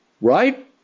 right